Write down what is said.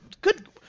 Good